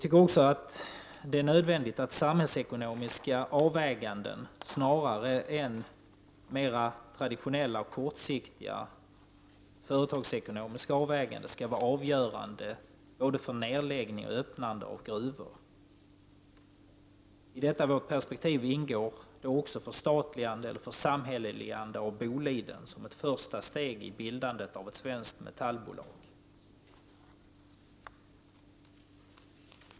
Det är också nödvändigt att samhällsekonomiska avvägningar snarare än traditionella, kortsiktiga företagsekonomiska avvägningar skall avgöra frågor om nedläggning och öppnande av gruvor. I detta vårt perspektiv ingår också förstatligande, församhälleligande, av Boliden som ett första steg i bildandet av ett svenskt metallbolag.